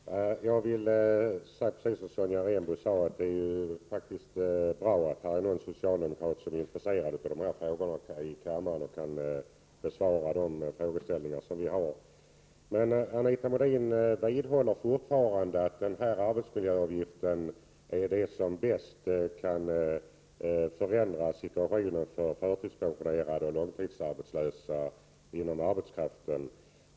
Herr talman! Jag vill säga precis som Sonja Rembo sade, att det faktiskt är bra att det finns någon socialdemokrat som är intresserad av de här frågorna i kammaren och kan besvara våra frågeställningar. Anita Modin vidhåller fortfarande att den här arbetsmiljöavgiften är det medel som bäst kan förändra situationen för de förtidspensionerade och långtidsarbetslösa inom arbetskraften.